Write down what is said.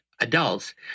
adults